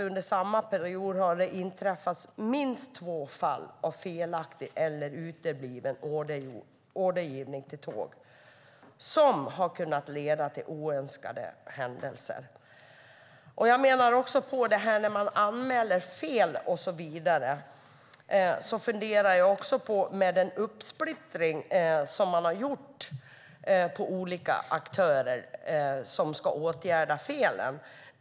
Under samma period har det inträffat minst två fall av felaktig eller utebliven ordergivning till tåg som hade kunnat leda till oönskade händelser. Det kan vara svårt att anmäla fel med tanke på den uppsplittring som har skett på de olika aktörer som ska åtgärda felen.